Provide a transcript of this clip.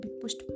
pushed